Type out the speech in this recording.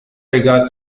vegas